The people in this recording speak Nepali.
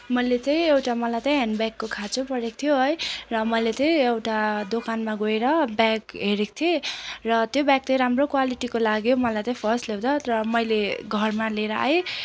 मैले तै एउटा मलाई तै ह्यान्डब्यागको खाँचो परेको थियो है र मैले तै एउटा दोकानमा गएर ब्याग हेरेको थिएँ र त्यो ब्याग तै राम्रो क्वालिटीको लाग्यो मलाई तै फर्स्ट ल्याउँदा तर मैले घरमा लिएर आएँ